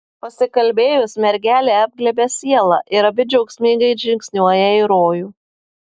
pasikalbėjus mergelė apglėbia sielą ir abi džiaugsmingai žingsniuoja į rojų